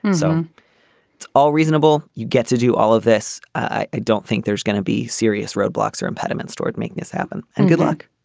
and so it's all reasonable. you get to do all of this. i don't think there's going to be serious roadblocks or impediments toward making this happen. and good luck.